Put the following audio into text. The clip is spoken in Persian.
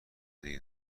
دیگه